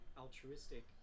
altruistic